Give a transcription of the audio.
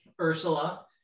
Ursula